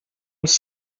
els